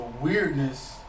weirdness